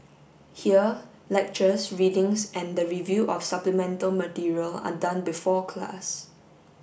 here lectures readings and the review of supplemental material are done before class